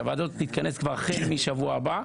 שהוועדה תתכנס כבר החל משבוע הבא,